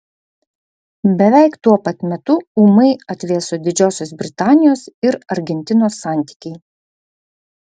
beveik tuo pat metu ūmai atvėso didžiosios britanijos ir argentinos santykiai